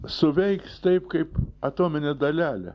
suveiks taip kaip atominė dalelė